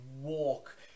walk